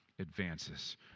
advances